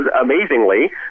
amazingly